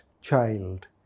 child